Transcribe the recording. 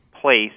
place